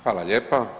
Hvala lijepa.